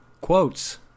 Quotes